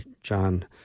John